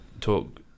talk